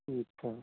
ठीक है